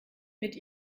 mit